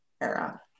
era